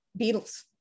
Beatles